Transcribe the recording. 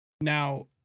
Now